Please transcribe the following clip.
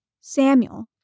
samuel